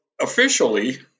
officially